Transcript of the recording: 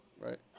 right